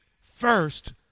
first